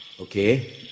Okay